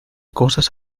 cosas